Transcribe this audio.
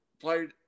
played